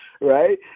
right